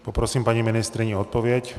Poprosím paní ministryni o odpověď.